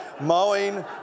mowing